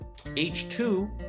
h2